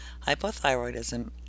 Hypothyroidism